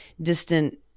distant